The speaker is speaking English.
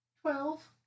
Twelve